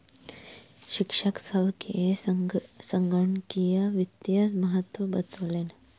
शिक्षक सभ के संगणकीय वित्तक महत्त्व बतौलैन